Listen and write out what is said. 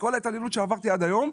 שכל ההתעללות שעברתי עד היום,